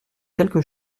quelque